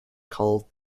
called